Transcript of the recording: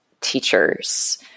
teachers